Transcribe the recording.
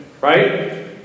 Right